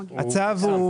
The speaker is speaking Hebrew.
איפה הצו?